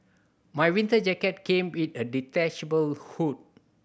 my winter jacket came with a detachable hood